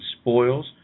spoils